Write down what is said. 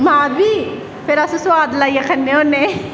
मादबी फिर अस सुआदा लाइयै खन्ने होन्ने